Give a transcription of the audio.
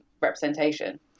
representation